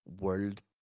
world